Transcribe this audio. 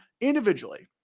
individually